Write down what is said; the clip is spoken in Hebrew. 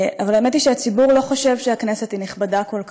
אבל האמת היא שהציבור לא חושב שהכנסת היא נכבדה כל כך.